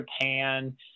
Japan